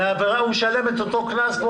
הוא משלם אותו קנס.